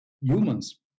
humans